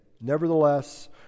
Nevertheless